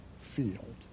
field